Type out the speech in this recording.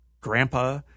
grandpa